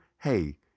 Hey